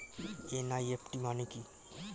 NEFT মানে কি?